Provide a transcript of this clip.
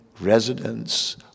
residents